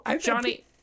Johnny